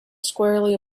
squarely